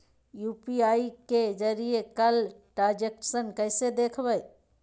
UPI के जरिए कैल ट्रांजेक्शन कैसे देखबै?